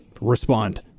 respond